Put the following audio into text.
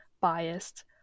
biased